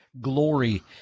glory